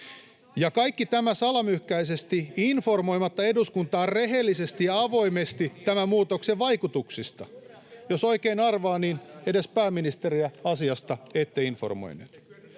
Kaikki tämä salamyhkäisesti, informoimatta eduskuntaa rehellisesti ja avoimesti tämän muutoksen vaikutuksista. Jos oikein arvaan, edes pääministeriä ette asiasta informoineet.